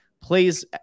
plays